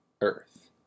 earth